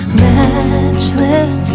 matchless